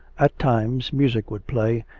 at times music would play,